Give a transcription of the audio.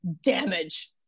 damage